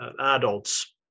adults